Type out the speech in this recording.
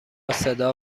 صدا